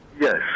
Yes